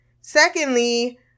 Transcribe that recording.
secondly